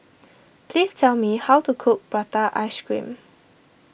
please tell me how to cook Prata Ice Cream